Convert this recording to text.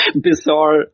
bizarre